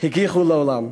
הגיחו לעולם.